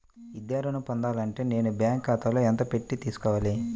విద్యా ఋణం పొందాలి అంటే నేను బ్యాంకు ఖాతాలో ఎంత పెట్టి తీసుకోవాలి?